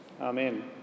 Amen